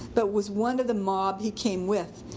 but was one of the mob he came with,